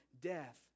death